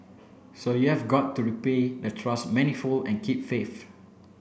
so you have got to repay the trust manifold and keep faith